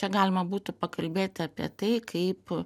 čia galima būtų pakalbėti apie tai kaip